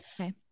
okay